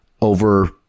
over